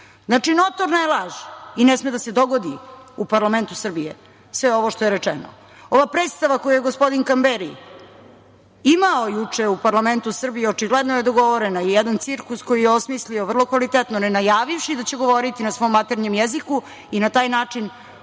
notorna je laž i ne sme da se dogodi u parlamentu Srbije sve ovo što je rečeno. Ova predstava koju je gospodin Kamberi imao juče u parlamentu Srbije, očigledno je dogovorena, jedan cirkus koji je osmislio vrlo kvalitetno, ne najavivši da će govoriti na svom maternjem jeziku i na taj način